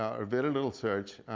or very little search.